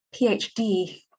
phd